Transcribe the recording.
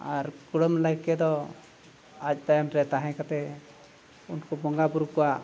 ᱟᱨ ᱠᱩᱰᱟᱹᱢ ᱱᱟᱹᱭᱠᱮ ᱫᱚ ᱟᱡ ᱛᱟᱭᱚᱢ ᱨᱮ ᱛᱟᱦᱮᱸ ᱠᱟᱛᱮ ᱩᱱᱠᱩ ᱵᱚᱸᱜᱟ ᱵᱩᱨᱩ ᱠᱚᱣᱟᱜ